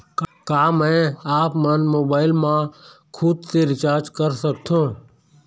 का मैं आपमन मोबाइल मा खुद से रिचार्ज कर सकथों?